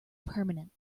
permanent